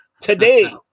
Today